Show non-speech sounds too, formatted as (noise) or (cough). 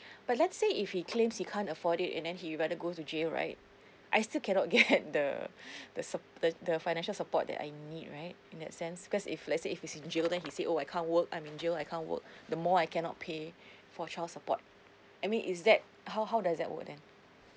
(breath) but let's say if he claims he can't afford it and then he rather go to jail right I still cannot get (laughs) the (breath) the sup~ the the financial support that I need right in that sense cause if let's say if he's in jail then he said oh I can't work I'm in jail I can't work the more I cannot pay (breath) for child support I mean is that how how does that work then